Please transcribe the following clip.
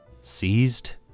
seized